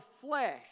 flesh